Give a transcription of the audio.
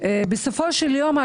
בסופו של יום,